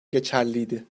geçerliydi